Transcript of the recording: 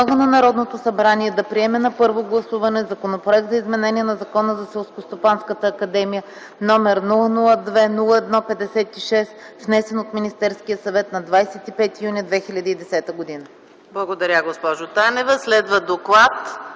Благодаря, госпожо Танева. Следва доклад